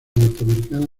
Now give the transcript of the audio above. norteamericana